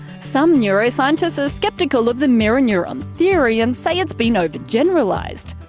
some neuroscientists are skeptical of the mirror neuron theory and say it's been over generalised.